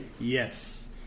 Yes